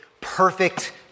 perfect